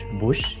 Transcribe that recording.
bush